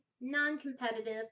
non-competitive